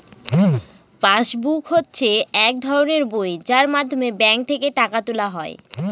pass book হচ্ছে এক ধরনের বই যার মাধ্যমে ব্যাঙ্ক থেকে টাকা তোলা হয়